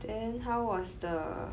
then how was the